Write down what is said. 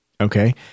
okay